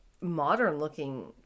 modern-looking